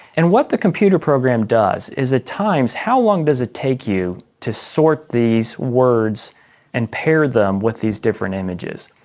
and what the computer program does is it ah times how long does it take you to sort these words and pair them with these different images.